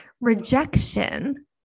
Rejection